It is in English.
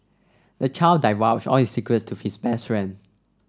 the child divulged all his secrets to his best friend